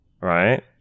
right